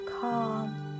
calm